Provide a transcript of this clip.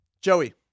Joey